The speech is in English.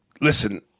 listen